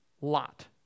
Lot